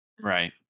Right